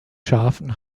schafen